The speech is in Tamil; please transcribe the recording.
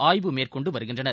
ஆய்வு மேற்கொண்டு வருகின்றனர்